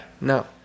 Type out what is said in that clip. No